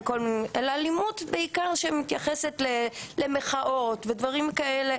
אלא אלימות בעיקר שמתייחסת למחאות ודברים כאלה,